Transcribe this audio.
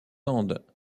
andes